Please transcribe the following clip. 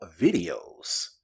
videos